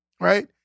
right